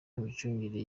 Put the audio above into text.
imicungire